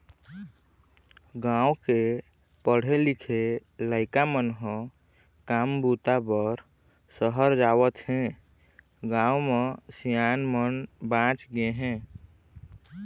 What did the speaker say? गाँव के पढ़े लिखे लइका मन ह काम बूता बर सहर जावत हें, गाँव म सियान मन बाँच गे हे